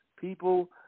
People